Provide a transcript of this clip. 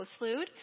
postlude